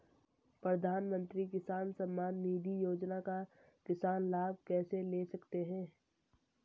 प्रधानमंत्री किसान सम्मान निधि योजना का किसान लाभ कैसे ले सकते हैं?